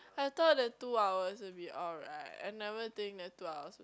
I thought the two hours will be alright I never think that two hours will